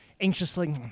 anxiously